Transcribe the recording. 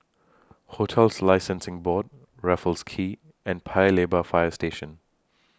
hotels Licensing Board Raffles Quay and Paya Lebar Fire Station